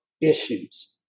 issues